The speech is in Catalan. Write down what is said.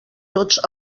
tots